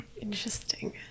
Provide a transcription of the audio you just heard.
Interesting